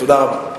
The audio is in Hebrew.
תודה רבה.